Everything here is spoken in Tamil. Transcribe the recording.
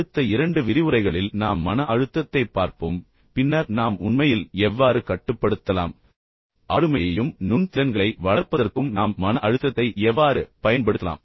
அடுத்த இரண்டு விரிவுரைகளில் நாம் மன அழுத்தத்தைப் பார்ப்போம் பின்னர் நாம் உண்மையில் எவ்வாறு கட்டுப்படுத்தலாம் ஆளுமையை வளர்ப்பதற்கும் மென்மையான திறன்களை வளர்ப்பதற்கும் நாம் மன அழுத்தத்தை எவ்வாறு பயன்படுத்தலாம்